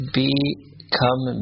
become